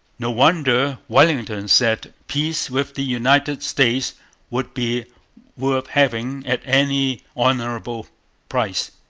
no wonder wellington said peace with the united states would be worth having at any honourable price,